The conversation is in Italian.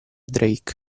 drake